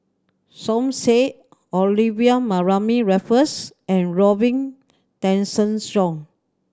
Som Said Olivia Mariamne Raffles and Robin Tessensohn